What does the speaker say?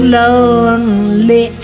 lonely